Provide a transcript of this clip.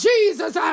Jesus